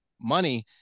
money